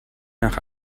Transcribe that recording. nach